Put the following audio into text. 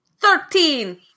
Thirteen